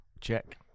Check